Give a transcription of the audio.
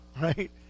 right